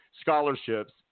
scholarships